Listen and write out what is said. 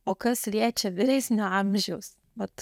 o kas liečia vyresnio amžiaus vat